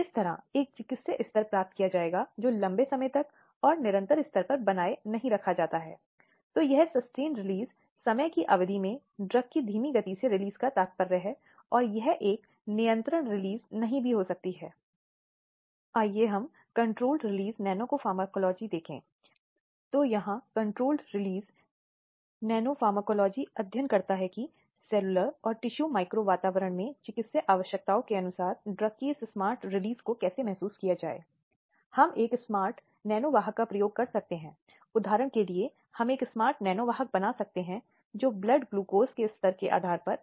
इसलिए यह एक ऐसा मुद्दा है जो कानून की अदालतों में मुखर रूप से बहस और बहस करता है और मूल रूप से ऐसे सभी अभियोजन पक्ष में बचाव यह इंगित करने की कोशिश करता है कि महिला चुप रहने से या चोटों को बनाए रखने से या निष्क्रिय प्रस्तुत करने से सहमत नहीं है